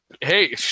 Hey